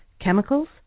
chemicals